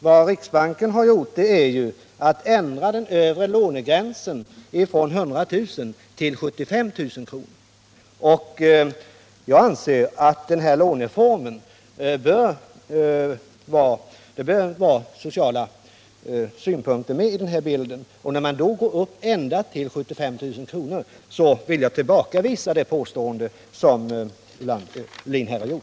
Vad riksbanken har gjort är att ändra den övre lånegränsen från 100 000 till 75 000 kronor. Jag anser att det bör vara sociala synpunkter med i bilden, och med tanke på att man går upp ända till 75 000 kronor vill jag tillbakavisa herr Ulanders påstående.